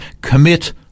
commit